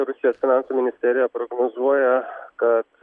rusijos finansų ministerija prognozuoja kad